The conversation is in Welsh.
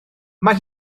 mae